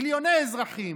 מיליוני אזרחים,